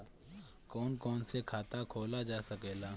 कौन कौन से खाता खोला जा सके ला?